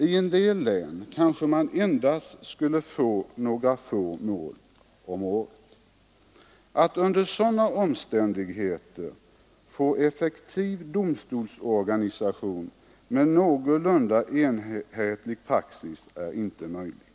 I en del län kanske man endast skulle få några få mål om året. Att under sådana omständigheter åstadkomma en effektiv domstolsorganisation med någorlunda enhetlig praxis är inte möjligt.